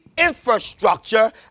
Infrastructure